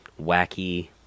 wacky